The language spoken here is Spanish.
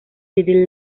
the